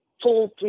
full